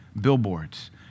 Billboards